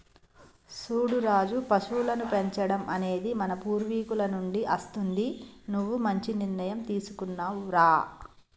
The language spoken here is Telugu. సూడు రాజు పశువులను పెంచడం అనేది మన పూర్వీకుల నుండి అస్తుంది నువ్వు మంచి నిర్ణయం తీసుకున్నావ్ రా